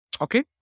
Okay